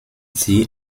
sie